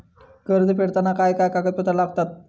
कर्ज फेडताना काय काय कागदपत्रा लागतात?